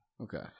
Okay